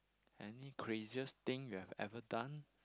any craziest thing you have ever done